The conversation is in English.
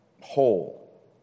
whole